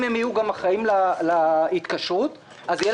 אם הם יהיו אחראים גם להתקשרות אז יהיה